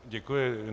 Děkuji.